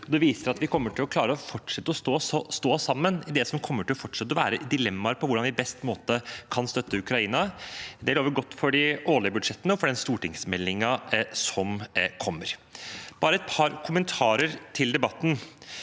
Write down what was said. det viser at vi fortsatt kommer til å stå sammen i det som vil være dilemmaer når det gjelder hvordan vi på best måte kan støtte Ukraina. Det lover godt for de årlige budsjettene og for den stortingsmeldingen som kommer. Bare et par kommentarer til debatten: